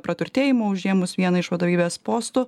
praturtėjimo užėmus vieną iš vadovybės postų